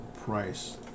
price